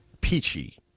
peachy